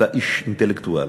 אתה אינטלקטואל.